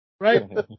right